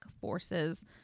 forces